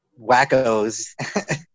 wackos